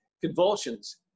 Convulsions